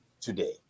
today